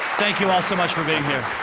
thank you all so much for being